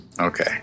okay